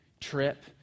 trip